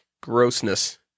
Grossness